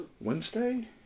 Wednesday